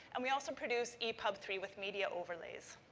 and we also produce epub three with media overlays.